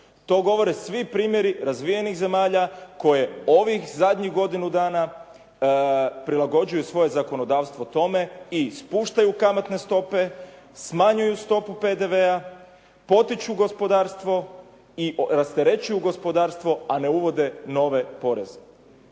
To govore svi primjeri razvijenih zemalja koje ovih zadnjih godinu dana prilagođuju svoje zakonodavstvo tome i spuštaju kamatne stope, smanjuju stopu PDV-a, potiču gospodarstvo i rasterećuju gospodarstvo, a ne uvode nove poreze.